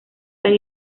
tan